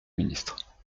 ministre